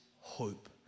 hope